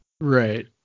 right